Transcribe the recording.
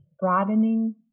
broadening